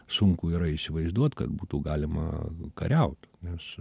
sunku yra įsivaizduot kad būtų galima kariaut nes